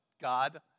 God